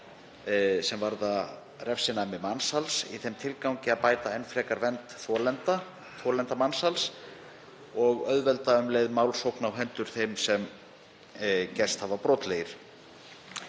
sem varðar refsinæmi mansals, í þeim tilgangi að bæta enn frekar vernd þolenda mansals og auðvelda um leið málsókn á hendur þeim sem gerst hafa brotlegir.